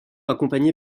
accompagnée